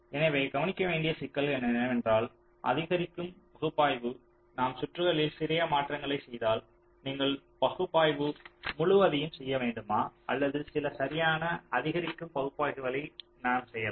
எனவே கவனிக்க வேண்டிய சிக்கல்கள் என்னவென்றால் அதிகரிக்கும் பகுப்பாய்வு நாம் சுற்றுகளில் சிறிய மாற்றங்களைச் செய்தால் நீங்கள் பகுப்பாய்வு முழுவதையும் செய்ய வேண்டுமா அல்லது சில சரியான அதிகரிக்கும் பகுப்பாய்வுகளை நாம் செய்யலாம்